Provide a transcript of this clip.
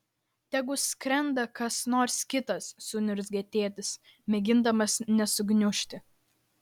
tegu skrenda kas nors kitas suniurzgė tėtis mėgindamas nesugniužti